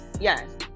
yes